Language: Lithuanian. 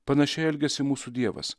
panašiai elgiasi mūsų dievas